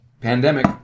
pandemic